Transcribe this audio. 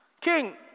King